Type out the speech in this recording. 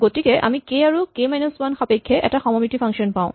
গতিকে আমি কে আৰু কে মাইনাচ ৱান সাপেক্ষে এটা সমমিতি ফাংচন পাওঁ